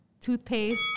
toothpaste